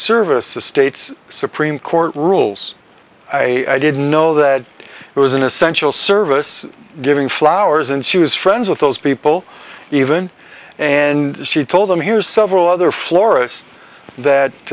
service the state's supreme court rules i didn't know that it was an essential service giving flowers and she was friends with those people even and she told them here's several other florist that